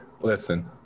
listen